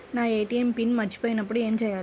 నా ATM PIN మరచిపోయినప్పుడు ఏమి చేయాలి?